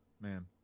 Man